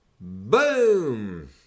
Boom